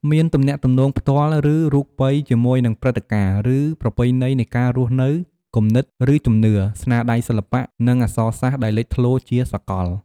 មានទំនាក់ទំនងផ្ទាល់ ឬរូបិយជាមួយនឹងព្រិត្តិការណ៍ ឬប្រពៃណីនៃការរស់នៅ គំនិត ឬជំនឿ ស្នាដៃសិល្បៈ និងអក្សរសាស្រ្តដែលលេចធ្លោជាសកល។